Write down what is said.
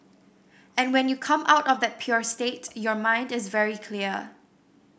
and when you come out of that pure state your mind is very clear